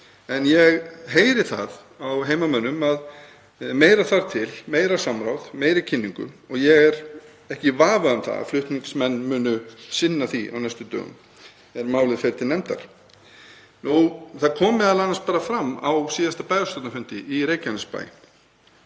en ég heyri það á heimamönnum að meira þarf til, meira samráð, meiri kynningu, og ég er ekki í vafa um að flutningsmenn muni sinna því á næstu dögum er málið fer til nefndar. Það kom m.a. fram á síðasta bæjarstjórnarfundi í Reykjanesbæ